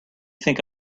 think